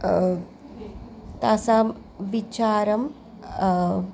तासां विचारं